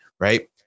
right